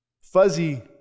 Fuzzy